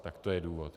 Tak to je důvod.